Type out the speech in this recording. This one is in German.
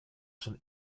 schon